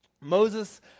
Moses